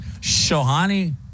Shohani